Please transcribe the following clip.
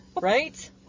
Right